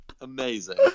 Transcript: Amazing